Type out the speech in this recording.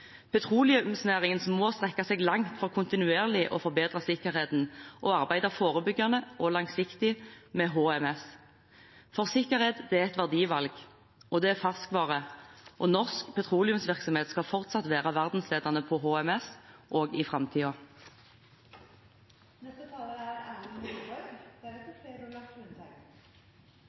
Petroleumsnæringen må strekke seg langt for kontinuerlig å forbedre sikkerheten og arbeide forebyggende og langsiktig med HMS. Sikkerhet er et verdivalg, det er ferskvare, og norsk petroleumsvirksomhet skal være verdensledende innen HMS også i framtiden. Jeg vil begynne med å takke saksordføreren for en god og ryddig jobb i